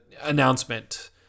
announcement